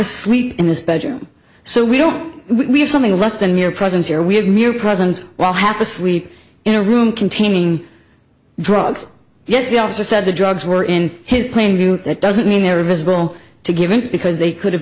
asleep in his bedroom so we don't we have something less than mere presence here we have mere presence while half asleep in a room containing drugs yes the officer said the drugs were in his plain view that doesn't mean they're visible to givens because they could have